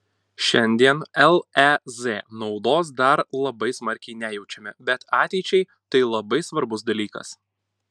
šiandien lez naudos dar labai smarkiai nejaučiame bet ateičiai tai labai svarbus dalykas